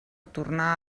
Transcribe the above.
tornar